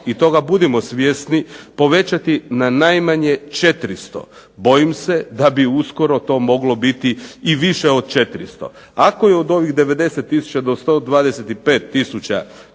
i toga budimo svjesni povećati na najmanje 400, bojim se da bi to uskoro moglo biti više od 400. Ako je od ovih 90 tisuća do 125